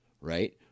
right